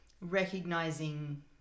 recognizing